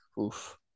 oof